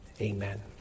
Amen